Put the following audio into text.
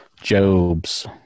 Jobs